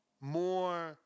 more